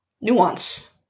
nuance